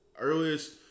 earliest